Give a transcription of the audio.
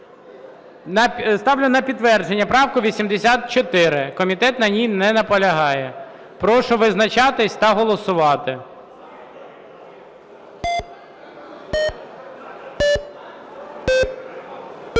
Ставлю на підтвердження правку 84. Комітет на ній не наполягає. Прошу визначатися та голосувати.